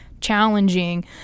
challenging